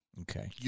Okay